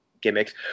gimmicks